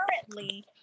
currently